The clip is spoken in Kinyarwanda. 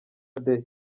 day